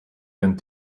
den